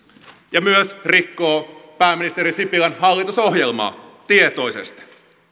ja myös rikkoo pääministeri sipilän hallitusohjelmaa tietoisesti